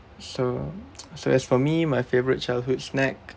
so so as for me my favourite childhood snack